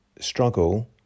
struggle